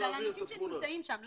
זה על אנשים שנמצאים שם.